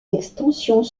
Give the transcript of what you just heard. extensions